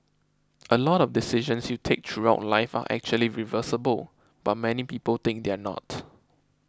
a lot of decisions you take throughout life are actually reversible but many people think they're not